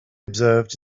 observed